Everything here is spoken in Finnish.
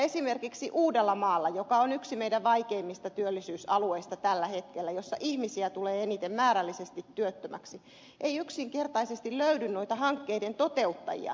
esimerkiksi uudeltamaalta joka on yksi meidän vaikeimmista työllisyysalueistamme tällä hetkellä jossa ihmisiä tulee eniten määrällisesti työttömäksi ei yksinkertaisesti löydy noita hankkeiden toteuttajia